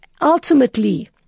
ultimately